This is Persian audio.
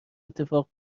اتفاق